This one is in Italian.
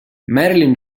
marilyn